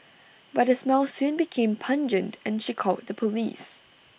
but the smell soon became pungent and she called the Police